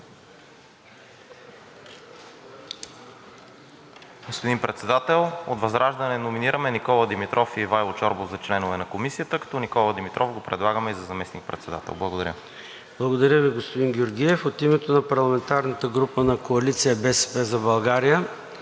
Господин Председател, от ВЪЗРАЖДАНЕ номинираме Никола Димитров и Ивайло Чорбов за членове на Комисията, като Никола Димитров го предлагаме и за заместник-председател. Благодаря. ПРЕДСЕДАТЕЛ ЙОРДАН ЦОНЕВ: Благодаря Ви, господин Георгиев. От името на парламентарната група на Коалиция „БСП за България“?